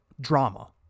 drama